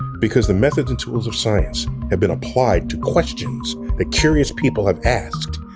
because the methods and tools of science have been applied to questions that curious people have asked,